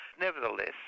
Nevertheless